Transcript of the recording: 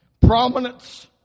prominence